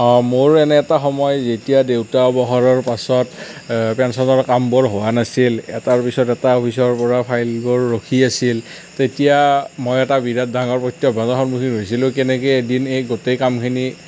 অঁ মোৰ এনে এটা সময় যেতিয়া দেউতাৰ অৱসৰৰ পাছত পেঞ্চনৰ কামবোৰ হোৱা নাছিল এটাৰ পিছত এটা অফিচৰ পৰা ফাইলবোৰ ৰখি আছিল তেতিয়া মই এটা বিৰাট ডাঙৰ প্ৰত্যাহ্বানৰ সন্মুখীন হৈছিলোঁ কেনেকৈ এদিন এই গোটেই কামখিনি